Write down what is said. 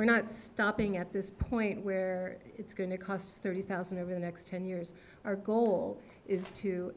we're not stopping at this point where it's going to cost thirty thousand over the next ten years our goal is to